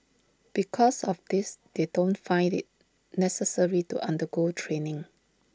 because of this they don't find IT necessary to undergo training